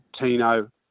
Tino